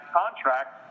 contract